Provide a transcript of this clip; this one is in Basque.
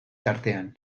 tartean